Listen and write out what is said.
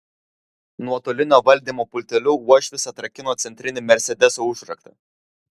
nuotolinio valdymo pulteliu uošvis atrakino centrinį mersedeso užraktą